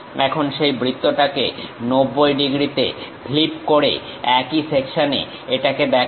এখন সেই বৃত্তটাকে 90 ডিগ্রীতে ফ্লিপ করে একই সেকশনে এটাকে দেখাও